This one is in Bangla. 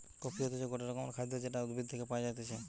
কফি হতিছে গটে রকমের খাদ্য যেটা উদ্ভিদ থেকে পায়া যাইতেছে